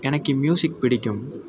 எனக்கு ம்யூசிக் பிடிக்கும்